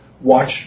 watch